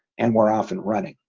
and we're off and running,